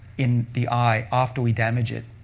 in the eye after we damage it.